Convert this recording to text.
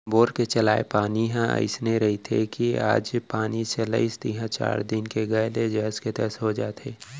bore के चलाय पानी ह अइसे रथे कि आज पानी चलाइस तिहॉं चार दिन के गए ले जस के तस हो जाथे